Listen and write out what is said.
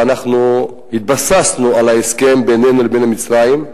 ואנחנו התבססנו על ההסכם בינינו לבין מצרים.